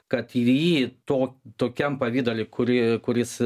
kad jį to tokiam pavidale kuri kuris